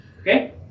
okay